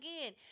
again